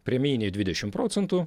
premijiniai dvidešimt procentų